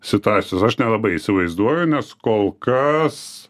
situacijos aš nelabai įsivaizduoju nes kol kas